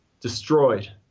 destroyed